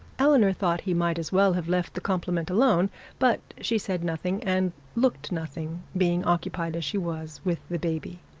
eleanor thought he might as well have left the compliment alone but she said nothing and looked nothing, being occupied as she was with the baby.